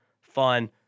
fun